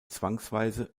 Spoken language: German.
zwangsweise